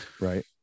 Right